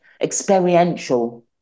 experiential